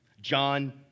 john